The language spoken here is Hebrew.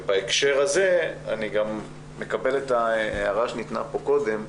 בהקשר הזה, אני מקבל את ההערה שנאמרה פה קודם,